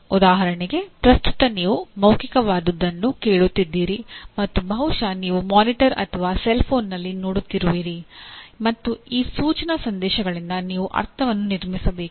ಉದಾಹರಣೆಗೆ ಪ್ರಸ್ತುತ ನೀವು ಮೌಖಿಕವಾದದ್ದನ್ನು ಕೇಳುತ್ತಿದ್ದೀರಿ ಮತ್ತು ಬಹುಶಃ ನೀವು ಮಾನಿಟರ್ ಅಥವಾ ಸೆಲ್ಫೋನ್ನಲ್ಲಿ ನೋಡುತ್ತಿರುವಿರಿ ಮತ್ತು ಆ ಸೂಚನಾ ಸಂದೇಶಗಳಿಂದ ನೀವು ಅರ್ಥವನ್ನು ನಿರ್ಮಿಸಬೇಕು